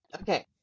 Okay